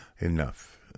enough